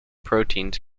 proteins